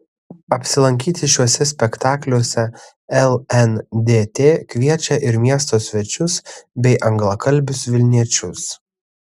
apsilankyti šiuose spektakliuose lndt kviečia ir miesto svečius bei anglakalbius vilniečius